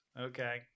okay